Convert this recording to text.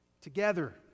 together